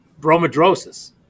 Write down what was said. Bromidrosis